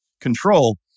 control